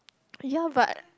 ya but